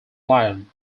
lyon